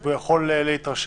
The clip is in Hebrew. והוא יכול להתרשם.